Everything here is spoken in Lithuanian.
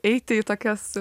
eiti į tokias